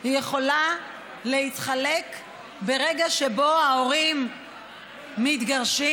יכולה להתחלק ברגע שבו ההורים מתגרשים?